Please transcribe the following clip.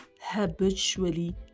habitually